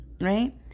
Right